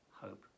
hope